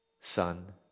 Son